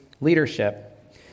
leadership